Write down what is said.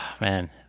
man